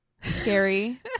Scary